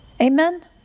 Amen